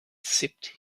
sipped